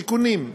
תיקונים,